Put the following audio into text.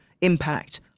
impact